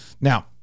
Now